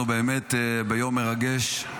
אנחנו באמת ביום מרגש.